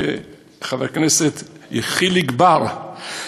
חבר הכנסת חיליק בר,